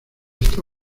está